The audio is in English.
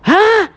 !huh!